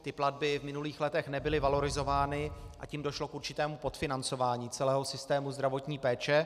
Ty platby v minulých letech nebyly valorizovány, a tím došlo k určitému podfinancování celého systému zdravotní péče.